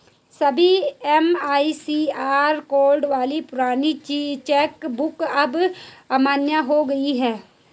सभी MICR code वाली पुरानी चेक बुक अब अमान्य हो गयी है